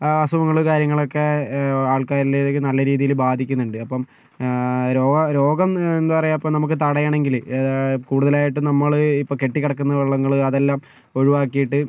അസുഖങ്ങൾ കാര്യങ്ങളൊക്കെ ആൾക്കാരിൽ നല്ല രീതിയിൽ ബാധിക്കുന്നുണ്ട് അപ്പം രോഗ രോഗം ഇപ്പോൾ എന്താ പറയുക ഇപ്പോൾ നമുക്ക് തടയണമെങ്കില് കൂടുതലായിട്ടും നമ്മള് ഇപ്പോൾ കെട്ടി കിടക്കുന്ന വെള്ളങ്ങള് അതെല്ലാം ഒഴിവാക്കിയിട്ട്